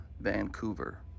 Vancouver